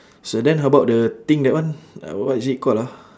so then how about the thing that one uh what is it call ah